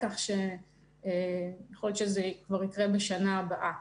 כך שיכול להיות שזה כבר יקרה בשנה הבאה.